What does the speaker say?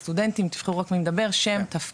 התאחדות הסטודנטים, תבחרו רק מי מדבר, שם ותפקיד.